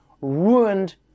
ruined